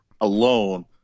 alone